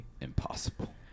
impossible